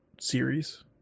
series